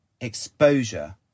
exposure